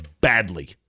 badly